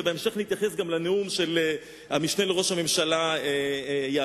ובהמשך נתייחס גם לנאום של המשנה לראש הממשלה יעלון.